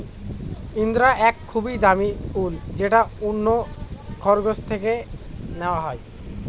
ইঙ্গরা এক খুবই দামি উল যেটা অন্য খরগোশ থেকে নেওয়া হয়